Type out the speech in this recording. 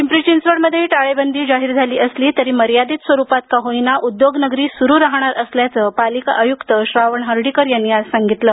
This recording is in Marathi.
पिंपरी चिंचवडमध्ये टाळेबंदी जाहीर झाली असली तरी मर्यादित स्वरूपात का होईना उद्योग नगरी सुरू राहणार असल्याचं पालिका आयुक्त श्रावण हर्डीकर यांनी आज सांगितलं